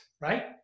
right